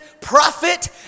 prophet